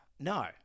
No